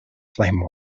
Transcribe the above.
flame